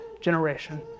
generation